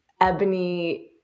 Ebony